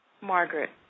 Margaret